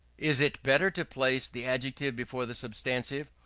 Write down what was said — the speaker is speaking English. is it better to place the adjective before the substantive,